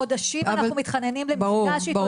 חודשים אנחנו מתחננים למפגש איתו.